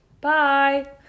Bye